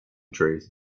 trees